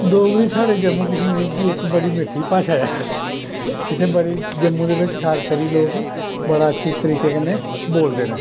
डोगरी साढ़े जम्मू कश्मीर दी इक बड़ी मिट्ठी भाशा ऐ इत्थै बड़ी जम्मू दे बिच खासकरी लोक अच्छे तरीके कन्नै बोलदे न